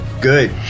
Good